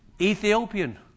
Ethiopian